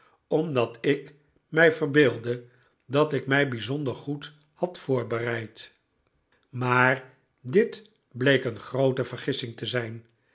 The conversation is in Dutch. omdat ik mij verbeeldde dat ik mij bijzonder goed had voorbereid maar dit bleek een groote vergissing te zijn